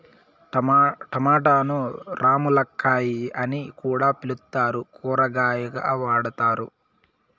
టమోటాను రామ్ములక్కాయ అని కూడా పిలుత్తారు, కూరగాయగా వాడతారు